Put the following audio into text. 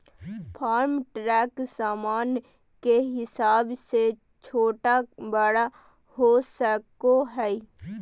farm truck सामान के हिसाब से छोटा बड़ा हो सको हय